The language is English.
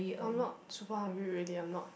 I'm not super hungry really I'm not